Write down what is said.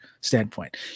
standpoint